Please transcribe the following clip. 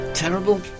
Terrible